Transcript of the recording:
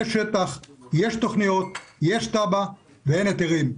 יש שטח, יש תכניות, יש תב"ע ואין היתרים.